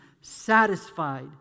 satisfied